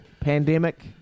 Pandemic